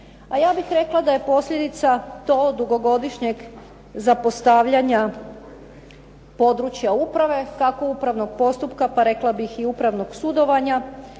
a ja bih rekla da je posljedica tog dugogodišnjeg zapostavljanja područja uprava, kako upravnog postupka, pa rekla bih i upravnog sudovanja,